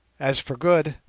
as for good,